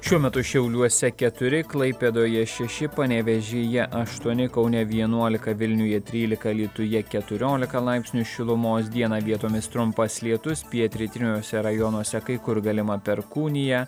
šiuo metu šiauliuose keturi klaipėdoje šeši panevėžyje aštuoni kaune vienuolika vilniuje trylika alytuje keturiolika laipsnių šilumos dieną vietomis trumpas lietus pietrytiniuose rajonuose kai kur galima perkūnija